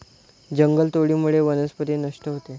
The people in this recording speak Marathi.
जंगलतोडीमुळे वनस्पती नष्ट होते